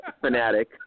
Fanatic